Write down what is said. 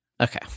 Okay